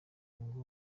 ngo